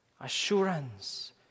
assurance